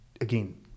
again